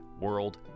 world